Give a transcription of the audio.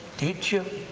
did you?